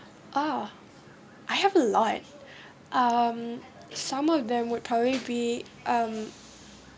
ah I have a lot um some of them would probably be